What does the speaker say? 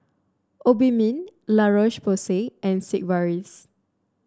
Obimin La Roche Porsay and Sigvaris